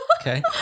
Okay